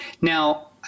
now